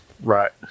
Right